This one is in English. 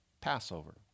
Passover